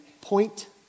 point